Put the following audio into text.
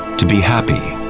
to be happy.